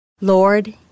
Lord